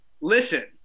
listen